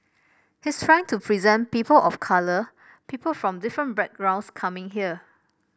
he's trying to present people of colour people from different backgrounds coming here